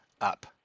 up